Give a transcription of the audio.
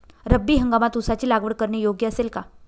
रब्बी हंगामात ऊसाची लागवड करणे योग्य असेल का?